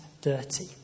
dirty